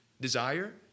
desire